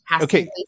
okay